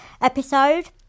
episode